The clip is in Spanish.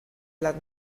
las